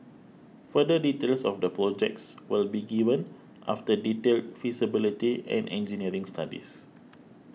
further details of the projects will be given after detailed feasibility and engineering studies